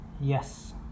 Yes